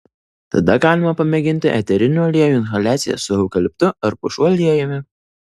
tada galima pamėginti eterinių aliejų inhaliacijas su eukaliptu ar pušų aliejumi